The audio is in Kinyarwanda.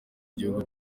gihugu